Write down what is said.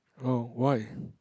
oh why